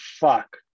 fuck